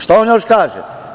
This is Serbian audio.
Šta on još kaže?